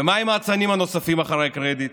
ומה עם האצנים הנוספים אחרי הקרדיט?